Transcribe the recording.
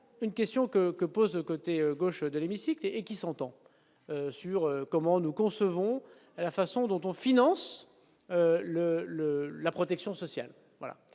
Une question que que pose le côté gauche de l'hémicycle et qui s'entend sur comment nous concevons la façon dont on finance le le la protection sociale,